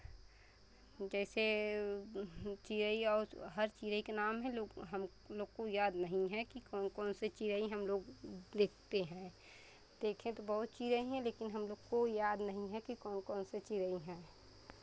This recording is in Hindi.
जैसे चिड़ै और हर चिड़ै का नाम है लोग हम लोग को याद नहीं है कि कौन कौन से चिड़ै हम लोग देखते हैं देखें तो बहुत चिड़ै हैं लेकिन हम लोग को याद नहीं है कि कौन कौन से चिड़ै हैं